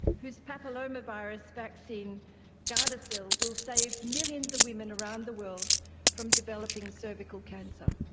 whose papilloma virus vaccine gardasil will save millions of women around the world from developing cervical cancer.